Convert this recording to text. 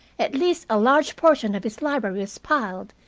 at least a large portion of his library was piled,